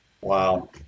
Wow